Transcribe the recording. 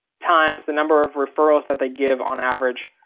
times the number of referrals that they give on average,